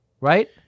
right